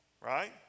Right